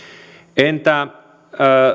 entä